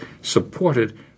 supported